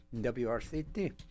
W-R-C-T